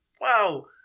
Wow